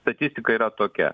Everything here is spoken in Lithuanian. statistika yra tokia